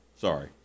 sorry